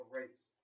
race